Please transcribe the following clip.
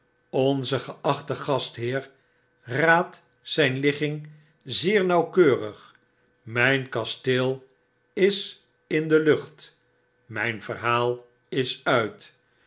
onze geachte gastheer raadt zyn ligging zeer nauwkeurig mijn kasteel is in de lucht myn verhaal is uit